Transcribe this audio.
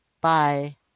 Bye